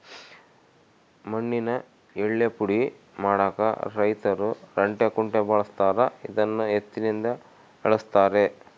ಮಣ್ಣಿನ ಯಳ್ಳೇ ಪುಡಿ ಮಾಡಾಕ ರೈತರು ರಂಟೆ ಕುಂಟೆ ಬಳಸ್ತಾರ ಇದನ್ನು ಎತ್ತಿನಿಂದ ಎಳೆಸ್ತಾರೆ